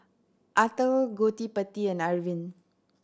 Atal Gottipati and Arvind